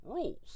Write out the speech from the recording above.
Rules